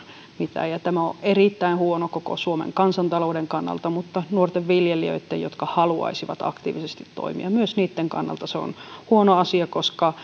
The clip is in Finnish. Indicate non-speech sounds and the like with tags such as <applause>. mitään tämä on erittäin huono koko suomen kansantalouden kannalta mutta myös niitten nuorten viljelijöitten kannalta jotka haluaisivat aktiivisesti toimia se on huono asia koska <unintelligible>